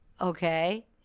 okay